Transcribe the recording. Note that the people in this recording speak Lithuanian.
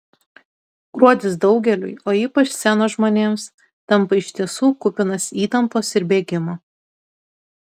gruodis daugeliui o ypač scenos žmonėms tampa iš tiesų kupinas įtampos ir bėgimo